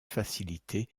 facilité